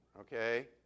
okay